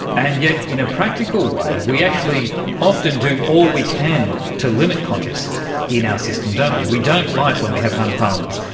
and yet in a practical way we actually often do all we can to limit contest in our ah system, don't we. we don't like when we have hung parliaments,